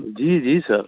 जी जी सर